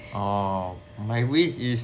orh my wish is